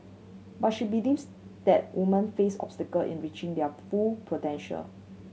but she believes that woman face obstacle in reaching their full potential